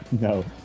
no